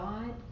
God